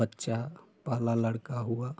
बच्चा पहला लड़का हुआ